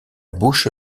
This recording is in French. bouche